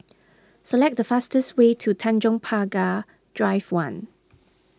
select the fastest way to Tanjong Pagar Drive one